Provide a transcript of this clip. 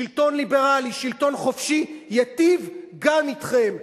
שלטון ליברלי, שלטון חופשי, ייטיב גם אתכם.